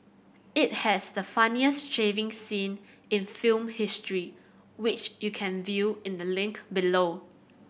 it has the funniest shaving scene in film history which you can view in the link below